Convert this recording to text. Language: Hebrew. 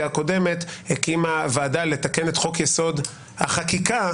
הקודמת הקימה ועדה לתקן את חוק יסוד החקיקה,